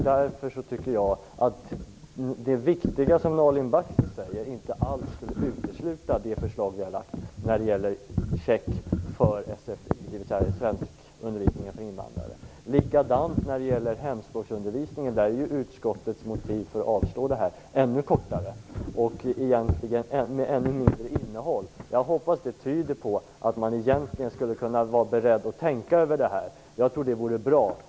Därför tycker jag att det som Nalin Baksi säger är viktigt inte alls utesluter det förslag som vi har lagt fram om en check för sfi, svenskundervisningen för invandrare. Likadant är det med hemspråksundervisningen. Där är ju utskottets motiv för avslag ännu kortare och har ännu mindre innehåll. Jag hoppas det tyder på att man egentligen skulle kunna vara beredd att tänka över det här. Jag tror att det vore bra.